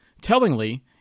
Tellingly